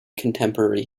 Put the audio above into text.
contemporary